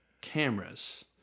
cameras